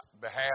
behalf